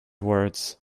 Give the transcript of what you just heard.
words